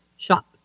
shop